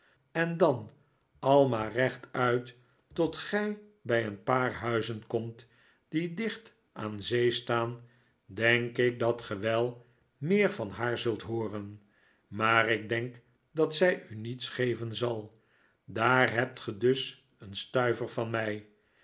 en dan al maar rechtuit tot gij bij een paar huizen komt die dicht aan zee staan denk ik dat ge wel meer van haar zult hooren maar ik denk dat zij u niets geven zal daar hebt ge dus een stuiver van mij